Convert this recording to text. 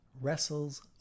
wrestles